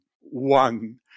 one